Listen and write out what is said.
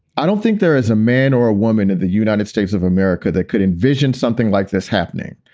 i don't think there is a man or a woman in the united states of america that could envision something like this happening,